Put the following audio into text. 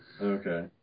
Okay